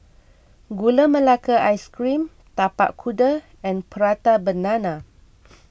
Gula Melaka Ice Cream Tapak Kuda and Prata Banana